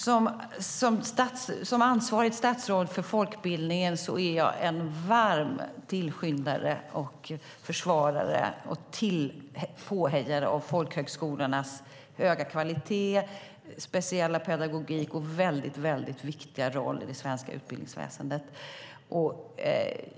Fru talman! Som statsråd med ansvar för folkbildningen är jag en varm tillskyndare, försvarare och påhejare av folkhögskolornas höga kvalitet, speciella pedagogik och väldigt viktiga roll i det svenska utbildningsväsendet.